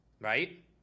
right